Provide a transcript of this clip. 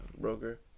broker